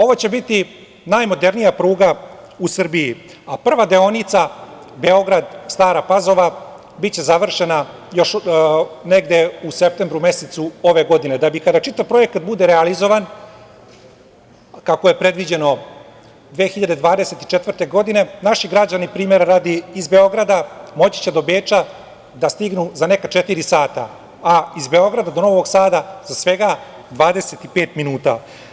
Ovo će biti najmodernija pruga u Srbiji, a prva deonica, Beograd-Stara Pazova biće završena već negde u septembru mesecu ove godine, da bi kada čitav projekat bude realizovan, kako je predviđeno, 2024. godine, naši građani, primera radi, iz Beograda moći do Beča da stignu za neka četiri sata, a iz Beograda do Novog Sada za svega 25 minuta.